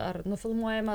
ar nufilmuojame